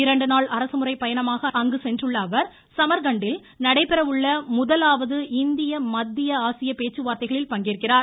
இரண்டு நாள் அரசுமுறைப் பயணமாக அங்கு சென்றுள்ள அவர் சமர்கண்டில் நடைபெறவுள்ள முதலாவது இந்திய மத்திய பேச்சுவார்த்தைகளில் பங்கேற்கிறார்